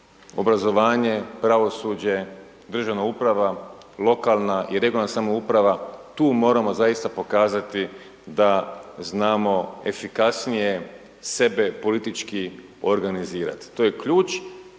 obrazovanje, pravosuđa, državna uprava, lokalna i regionalna samouprava, tu moramo zaista pokazati da znamo efikasnije sebe politički organizirati. To je ključ.